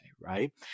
right